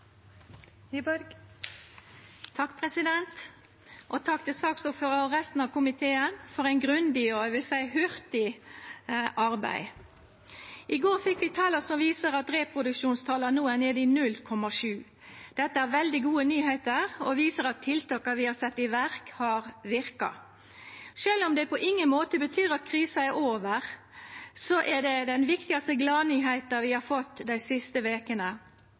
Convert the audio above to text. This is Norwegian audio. til sakordføraren og resten av komiteen for eit grundig og, vil eg seia, hurtig arbeid. I går fekk vi tala som viser at reproduksjonstalet no er nede på 0,7. Dette er veldig gode nyheiter, og det viser at tiltaka vi har sett i verk, har verka. Sjølv om det på ingen måte betyr at krisa er over, er det den viktigaste gladnyheita vi har fått dei siste vekene.